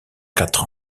quatre